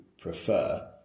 prefer